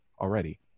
already